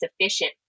sufficient